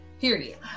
Period